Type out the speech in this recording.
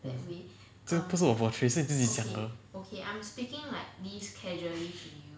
这个不是我 portray 是你自己讲的